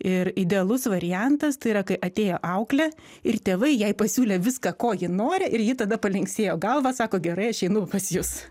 ir idealus variantas tai yra kai atėjo auklė ir tėvai jai pasiūlė viską ko ji nori ir ji tada palinksėjo galva sako gerai aš einu pas jus